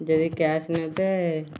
ଯଦି କ୍ୟାସ୍ ନେବେ